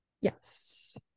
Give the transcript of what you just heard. Yes